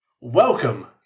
Welcome